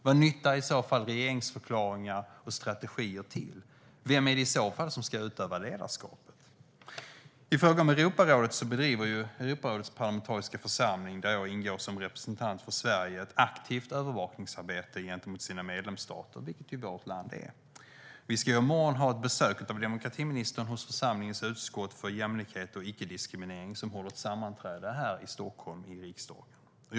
Vad nyttar i så fall regeringsförklaringar och strategier till? Vem är det som i så fall ska utöva ledarskapet? I fråga om Europarådet bedriver Europarådets parlamentariska församling, där jag ingår som representant för Sverige, ett aktivt övervakningsarbete gentemot sina medlemsstater, vilket ju vårt land är. Vi ska i morgon ha ett besök av demokratiministern hos församlingens utskott för jämlikhet och icke-diskriminering, som håller ett sammanträde här i Stockholm i riksdagen.